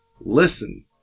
Listen